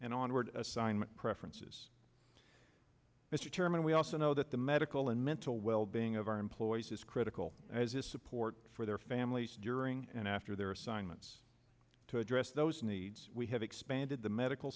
and onward assignment preferences mr chairman we also know that the medical and mental well being of our employees is critical as is support for their families during and after their assignments to address those needs we have expanded the medical